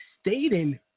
stating